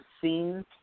scenes